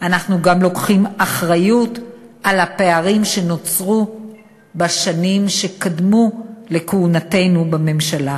אנחנו גם לוקחים אחריות לפערים שנוצרו בשנים שקדמו לכהונתנו בממשלה.